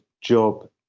job